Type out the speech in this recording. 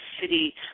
city